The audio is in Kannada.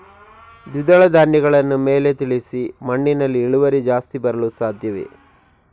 ದ್ವಿದಳ ಧ್ಯಾನಗಳನ್ನು ಮೇಲೆ ತಿಳಿಸಿ ಮಣ್ಣಿನಲ್ಲಿ ಇಳುವರಿ ಜಾಸ್ತಿ ಬರಲು ಸಾಧ್ಯವೇ?